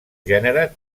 gènere